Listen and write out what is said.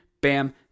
Bam